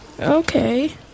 Okay